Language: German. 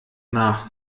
nach